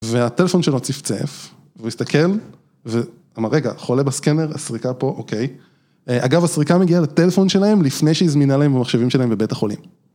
והטלפון שלו צפצף, והוא הסתכל, ואמר רגע, חולה בסקנר, הסריקה פה, אוקיי. אגב, הסריקה מגיעה לטלפון שלהם לפני שהיא זמינה להם במחשבים שלהם בבית החולים.